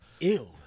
ew